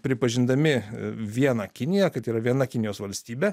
pripažindami vieną kiniją kad yra viena kinijos valstybė